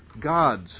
God's